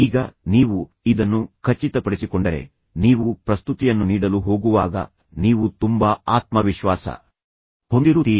ಈಗ ನೀವು ಇದನ್ನು ಖಚಿತಪಡಿಸಿಕೊಂಡರೆ ನೀವು ಪ್ರಸ್ತುತಿಯನ್ನು ನೀಡಲು ಹೋಗುವಾಗ ನೀವು ತುಂಬಾ ಆತ್ಮವಿಶ್ವಾಸ ಹೊಂದಿರುತ್ತೀರಿ